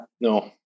No